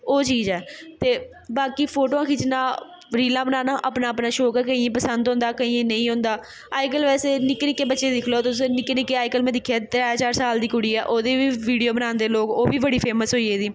ओह् चीज ऐ ते बाकी फोटुआं खिच्चना रीलां बनाना अपना अपना शौक ऐ केइयें गी पसंद होंदा केइयें गी नेईं होंदा अजकल्ल वैसे निक्के निक्के बच्चे दिक्खी लैओ तुस निक्के निक्के में अजकल्ल दिक्खेआ त्रै चार साल दी कुड़ी ऐ ओह्दी बी वीडियो बनांदे लोग ओह् बी बड़ी फेमस होई गेदी